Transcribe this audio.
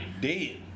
Dead